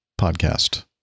podcast